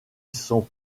sont